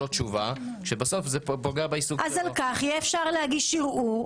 אז על כך יהיה אפשר להגיש ערעור,